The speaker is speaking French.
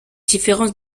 différence